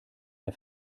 der